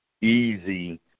easy